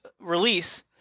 release